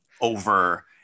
over